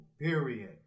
Period